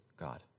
God